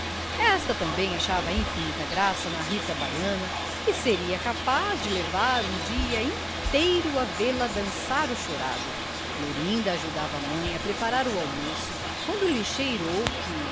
esta também achava infinita graça na rita baiana e seria capaz de levar um dia inteiro a vê-la dançar o chorado florinda ajudava a mãe a preparar o almoço quando lhe cheirou que